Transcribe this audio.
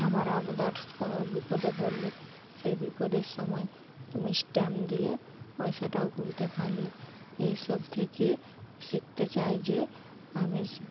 আবার আবদারস কোনো বিপদে পড়লে সেই বিপদের সময় তুমি স্ট্যাম্প দিয়ে পয়সাটাও তুলতে পারলে এইসব থেকে শিখতে চাই যে আমি